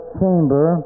chamber